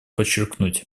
подчеркнуть